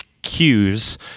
Cues